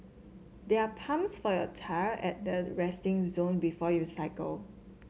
there are pumps for your tyre at the resting zone before you cycle